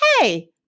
hey